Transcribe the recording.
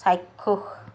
চাক্ষুষ